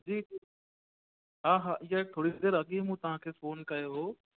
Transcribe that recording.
जी जी हा हा हींअर थोरी देरि अॻु ई तव्हां खे फ़ोन कयो हो